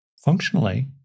functionally